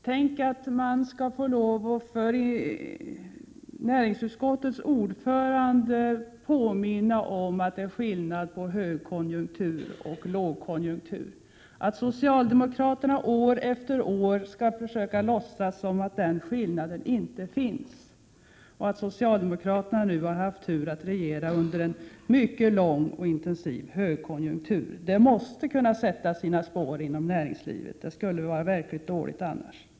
Tänk, att man skall behöva påminna näringsutskottets ordförande om att det är skillnad på högkonjunktur och lågkonjunktur, att socialdemokraterna år efter år försöker låtsas som om den skillnaden inte fanns, och att socialdemokraterna nu har haft turen att regera under en mycket lång och intensiv högkonjunktur! Det måste sätta sina spår inom näringslivet — det skulle vara verkligt dåligt annars!